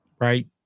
right